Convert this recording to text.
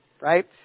Right